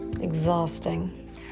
Exhausting